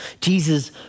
Jesus